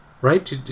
right